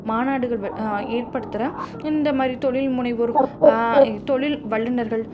மாநாடுகள் வெ ஏற்படுத்துகிற இந்த மாதிரி தொழில் முனைவோர் தொழில் வல்லுநர்கள்